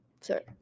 sorry